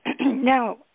Now